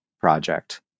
project